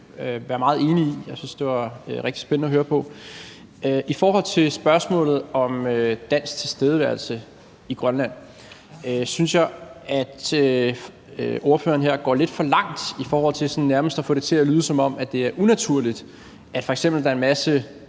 være meget enig i. Jeg synes, det var rigtig spændende at høre på. I forhold til spørgsmålet om dansk tilstedeværelse i Grønland synes jeg, at ordføreren her går lidt for langt i forhold til sådan nærmest at få det til at lyde, som om det er unaturligt, at der f.eks. er en masse